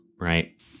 right